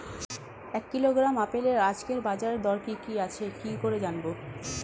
এক কিলোগ্রাম আপেলের আজকের বাজার দর কি কি আছে কি করে জানবো?